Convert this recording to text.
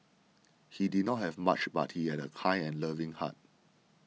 he did not have much but he had a kind and loving heart